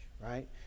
right